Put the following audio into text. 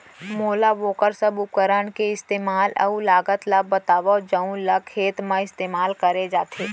मोला वोकर सब उपकरण के इस्तेमाल अऊ लागत ल बतावव जउन ल खेत म इस्तेमाल करे जाथे?